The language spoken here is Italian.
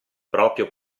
proprio